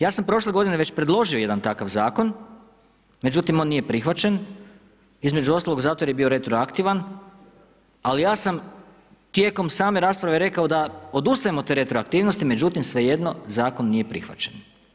Ja sam prošle godine već predložio jedan takav zakon, međutim on nije prihvaćen, između ostalog zato jer je bio retroaktivan, ali ja sam tijekom same rasprave rekao da odustajem od te retroaktivnosti, međutim svejedno zakon nije prihvaćen.